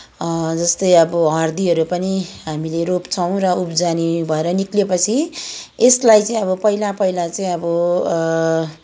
जस्तै अब हर्दीहरू पनि हामीले रोप्छौँ र उब्जनी भएर निस्केपछि यसलाई चाहिँ अब पहिला पहिला चाहिँ अब